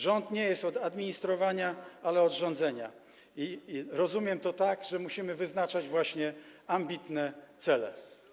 Rząd nie jest od administrowania, ale od rządzenia, i rozumiem to tak, że musimy wyznaczać ambitne cele.